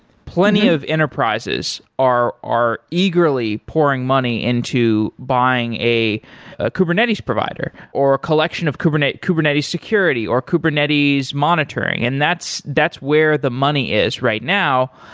plenty of enterprises are are eagerly pouring money into buying a ah kubernetes provider or a collection of kubernetes kubernetes security or kubernetes monitoring, and that's that's where the money is right now,